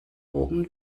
bogen